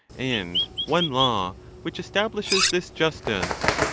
and one law which establishes this justice.